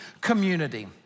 community